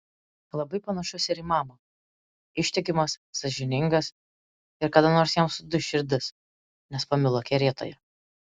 labai panašus ir į mamą ištikimas sąžiningas ir kada nors jam suduš širdis nes pamilo kerėtoją